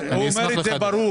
הוא אומר את זה ברור.